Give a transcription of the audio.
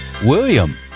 William